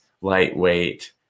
lightweight